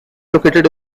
located